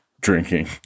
drinking